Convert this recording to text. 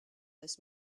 this